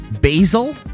Basil